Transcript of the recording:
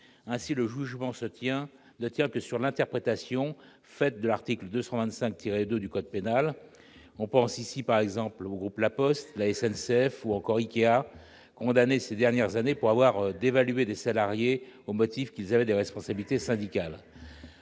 Ainsi le jugement ne tient-il que sur l'interprétation de l'article 225-2 du code pénal. On pense ici, par exemple, au groupe La Poste, à la SNCF ou à l'entreprise Ikea, condamnés ces dernières années pour avoir dévalué des salariés au motif qu'ils avaient des responsabilités syndicales.